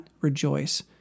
rejoice